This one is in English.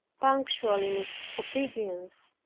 punctual in obedience,